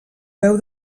veu